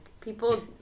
People